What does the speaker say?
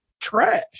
trash